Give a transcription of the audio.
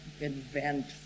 invent